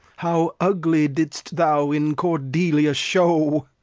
how ugly didst thou in cordelia show!